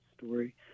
story